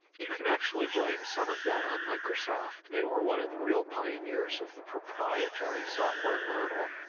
you can actually blame some of that on microsoft, they are one of the real pioneers of the proprietary software model.